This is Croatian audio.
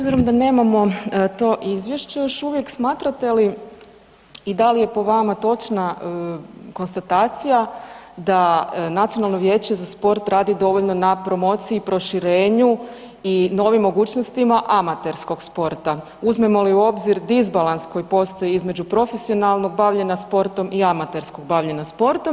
Pa evo s obzirom da nemamo to izvješće još uvijek, smatrate li i da li je po vama točna konstatacija da Nacionalno vijeće za sport radi dovoljno na promociji, proširenju i novim mogućnostima amaterskog sporta uzmemo li u obzir disbalans koji postoji između profesionalnog bavljenja sportom i amaterskog bavljenja sportom.